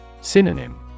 Synonym